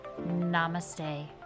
namaste